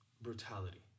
brutality